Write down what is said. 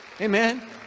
Amen